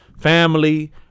family